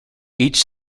each